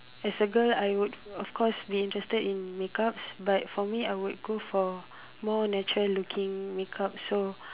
as a girl I would of course be interested in makeups but for me I would go for more natural looking makeup so